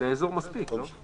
לאזור מספיק, לא?